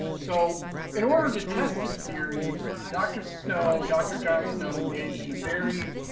so in order to test this theory. and dr. snow dr. jon snow engaged in a very